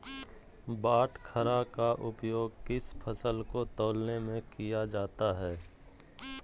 बाटखरा का उपयोग किस फसल को तौलने में किया जाता है?